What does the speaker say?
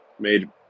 made